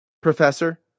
Professor